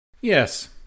Yes